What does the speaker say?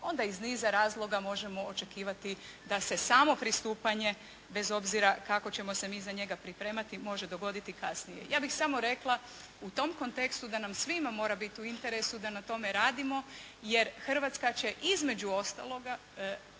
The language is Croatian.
onda iz niza razloga možemo očekivati da se samo pristupanje bez obzira kako ćemo se mi za njega pripremati može dogoditi kasnije. Ja bih samo rekla u tom kontekstu da nam svima mora biti u interesu da na tome radimo, jer Hrvatska će između ostaloga